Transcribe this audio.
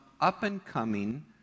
up-and-coming